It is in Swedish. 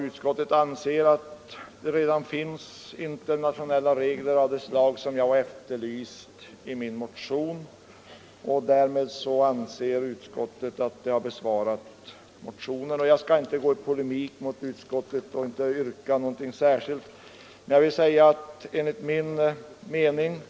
Utskottet anser att det redan finns internationella regler av det slag som jag efterlyser i min motion, och därmed anser utskottet motionen besvarad. Jag skall inte ingå i polemik mot utskottet och inte ställa något särskilt yrkande. Jag är tacksam för utskottets skrivning.